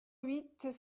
huit